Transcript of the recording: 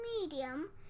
medium